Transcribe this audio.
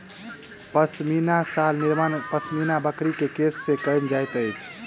पश्मीना शाल निर्माण पश्मीना बकरी के केश से कयल जाइत अछि